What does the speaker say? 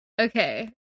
Okay